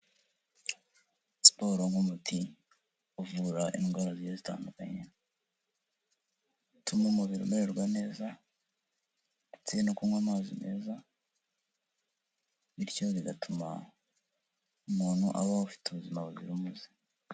Siporo nk'umuti uvura indwara zigiye zitandukanye, bituma umubiri umererwa neza ndetse no kunywa amazi meza bityo bigatuma umuntu abaho afite ubuzima buzira umuze.